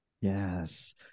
Yes